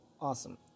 awesome